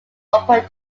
open